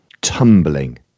tumbling